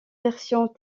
versions